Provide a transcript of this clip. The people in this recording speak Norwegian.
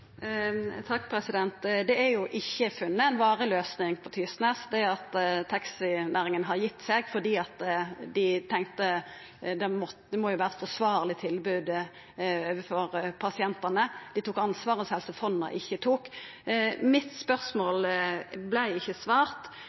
Det er jo ikkje funne ei varig løysing på Tysnes. Ved at taxinæringa har gitt seg fordi dei tenkte det må vera eit forsvarleg tilbod overfor pasientane, tok dei ansvaret som Helse Fonna ikkje tok. Spørsmålet mitt vart det ikkje svart